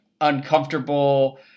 uncomfortable